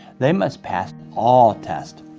they must pass all tests.